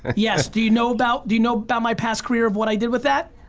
ah yes, do you know about, do you know about my past career of what i did with that?